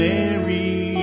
Mary